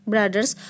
Brothers